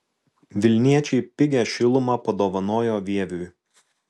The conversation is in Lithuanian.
vilniečiai pigią šilumą padovanojo vieviui